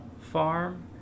farm